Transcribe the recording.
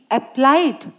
applied